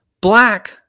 black